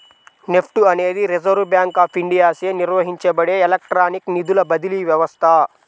NEFT అనేది reserve bank of ఇండియాచే నిర్వహించబడే ఎలక్ట్రానిక్ నిధుల బదిలీ వ్యవస్థ